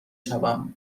شوم